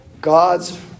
God's